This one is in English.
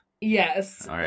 Yes